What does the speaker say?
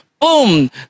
boom